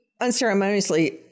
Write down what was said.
unceremoniously